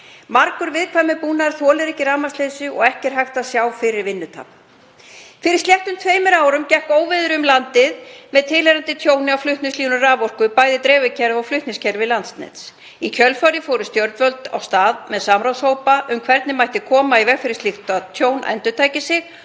Margur viðkvæmur búnaður þolir ekki rafmagnsleysi og ekki er hægt að sjá fyrir vinnutap. Fyrir sléttum tveimur árum gekk óveður yfir landið með tilheyrandi tjóni á flutningslínum raforku, bæði dreifikerfi og flutningskerfi Landsnets. Í kjölfarið fóru stjórnvöld af stað með samráðshópa um hvernig koma mætti í veg fyrir að slíkt tjón endurtæki sig